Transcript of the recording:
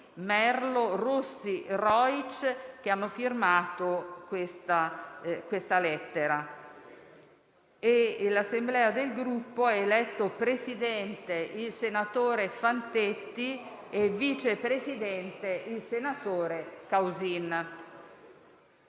Merlo, Rossi e Rojc, che hanno firmato questa lettera. L'assemblea del Gruppo ha eletto presidente il senatore Fantetti e vice presidente il senatore Causin.